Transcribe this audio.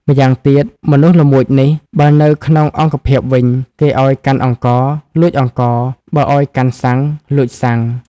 ម្យ៉ាងទៀត មនុស្សល្មួចនេះ បើនៅក្នុងអង្គភាពវិញ គេឲ្យកាន់អង្ករ លួចអង្ករ បើឲ្យកាន់សាំង លួចសាំង ។